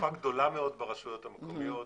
תנופה גדולה מאוד ברשויות המקומיות.